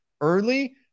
early